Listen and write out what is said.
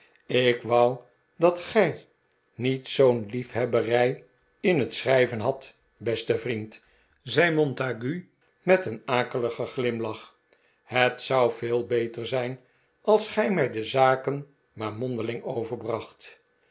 ik wou dat gij niet zoo'n liefhebberij in het schrijven hadt beste vriend zei montague met een akeligen glimlach m het zou veel beter zijn als gij mij de zaken maar mondeling overbracht